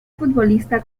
futbolista